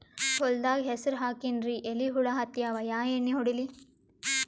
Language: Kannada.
ಹೊಲದಾಗ ಹೆಸರ ಹಾಕಿನ್ರಿ, ಎಲಿ ಹುಳ ಹತ್ಯಾವ, ಯಾ ಎಣ್ಣೀ ಹೊಡಿಲಿ?